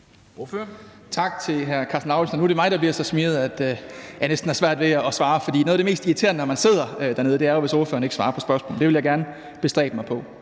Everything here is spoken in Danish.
Tak til hr. Karsten Lauritzen. Nu er det mig, der bliver så smigret, at jeg næsten har svært ved at svare, for noget af det mest irriterende, når man sidder dernede, er, hvis en ordfører ikke svarer på spørgsmålene. Det vil jeg gerne bestræbe mig på